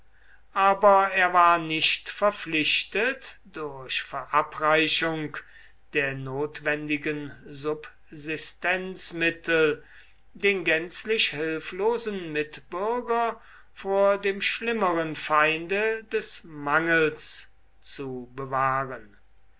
aber er war nicht verpflichtet durch verabreichung der notwendigen subsistenzmittel den gänzlich hilflosen mitbürger vor dem schlimmeren feinde des mangels zu bewahren